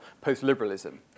post-liberalism